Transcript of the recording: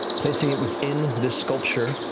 placing it within this sculpture,